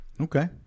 Okay